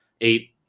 eight